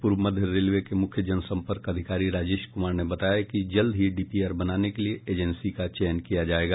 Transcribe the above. पूर्व मध्य रेलवे के मुख्य जनसंपर्क अधिकारी राजेश कुमार ने बताया कि जल्द ही डीपीआर बनाने के लिए एजेंसी का चयन किया जायेगा